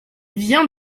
viens